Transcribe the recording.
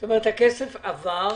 זאת אומרת, הכסף עבר.